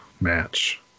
match